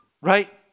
Right